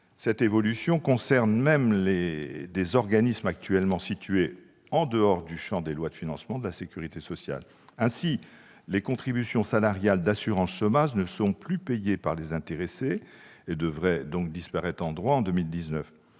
Cette évolution concerne même des organismes actuellement situés en dehors du champ des lois de financement de la sécurité sociale. Ainsi, les contributions salariales d'assurance chômage ne sont plus payées par les intéressés et devraient donc disparaître en droit en 2019.